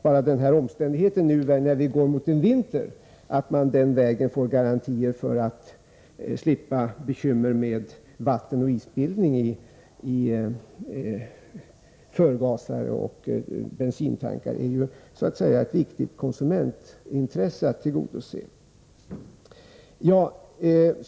Bara den omständigheten, när vi nu går mot vinter, att man den vägen får garantier för att slippa bekymmer med vatten och isbildning i förgasare och bensintankar är ju ett viktigt konsumentintresse att tillgodose.